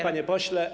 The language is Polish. Panie Pośle!